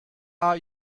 are